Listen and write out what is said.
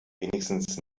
wenigstens